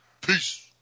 Peace